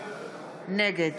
נגד